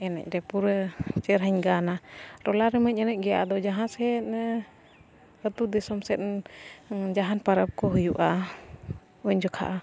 ᱮᱱᱮᱡ ᱨᱮ ᱯᱩᱨᱟᱹ ᱪᱮᱦᱨᱟᱧ ᱜᱟᱱᱟ ᱴᱚᱞᱟ ᱨᱮᱢ ᱮᱱᱮᱡ ᱜᱮᱭᱟ ᱟᱫᱚ ᱡᱟᱦᱟᱸ ᱥᱮᱫ ᱟᱛᱳ ᱫᱤᱥᱚᱢ ᱥᱮᱫ ᱡᱟᱦᱟᱱ ᱯᱟᱨᱟᱵᱽ ᱠᱚ ᱦᱩᱭᱩᱜᱼᱟ ᱩᱱ ᱡᱚᱠᱷᱟᱜ